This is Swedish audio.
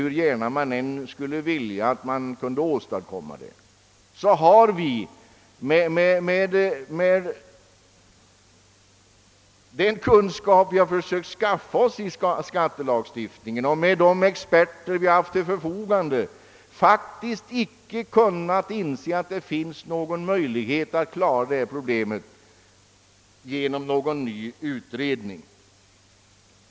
Hur gärna man än skulle vilja att man kunde åstadkomma en sådan, har vi med den kunskap vi har försökt skaffa oss i skattelagstiftningen och med de experter vi har haft till vårt förfogande faktiskt icke kunnat inse att det finns någon möjlighet att klara detta problem genom en ny utredning.